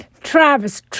Travis